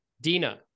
Dina